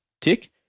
tick